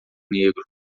negro